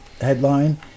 headline